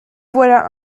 voilà